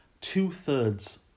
Two-thirds